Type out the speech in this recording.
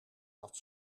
dat